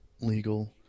legal